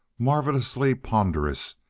marvellously ponderous,